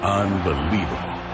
unbelievable